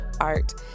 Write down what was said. Art